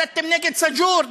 הסתתם נגד סאג'ור,